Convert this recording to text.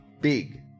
big